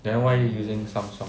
then why are you using Samsung